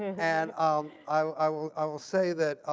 and um i will i will say that